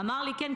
הוא אמר לי: כן,